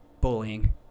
bullying